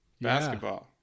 Basketball